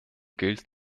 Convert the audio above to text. gilt